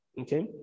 okay